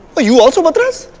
ah you also batras?